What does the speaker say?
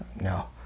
No